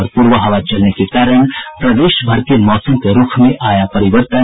और प्रबा हवा चलने के कारण प्रदेश भर के मौसम के रूख में आया परिवर्तन